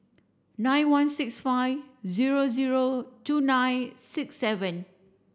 nine one six five zero zero two nine six seven